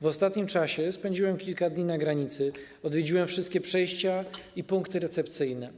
W ostatnim czasie spędziłem kilka dni na granicy, odwiedziłem wszystkie przejścia i punkty recepcyjne,